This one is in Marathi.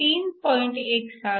ती 3